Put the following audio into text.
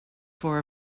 for